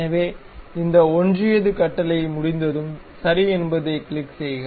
எனவே இந்த ஒன்றியது கட்டளை முடிந்ததும் சரி என்பதைக் கிளிக் செய்க